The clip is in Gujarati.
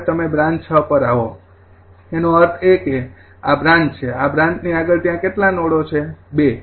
હવે તમે બ્રાન્ચ ૬ પર આવો તેનો અર્થ એ કે આ બ્રાન્ચ છે આ બ્રાન્ચ ની આગળ ત્યાં કેટલા નોડો છે ૨